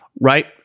right